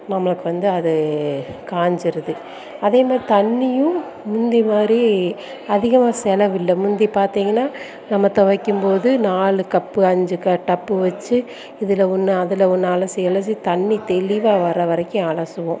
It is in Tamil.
நம்மளுக்கு வந்து அது காஞ்சிருது அதேமாதிரி தண்ணியும் முந்தி மாதிரி அதிகமாக செலவில்லை முந்தி பார்த்திங்கனா நம்ம துவைக்கும்போது நாலு கப் அஞ்சு டப் வச்சு இதில் ஒன்று அதில் ஒன்று அலசி அலசி தண்ணி தெளிவாக வர வரைக்கும் அலசுவோம்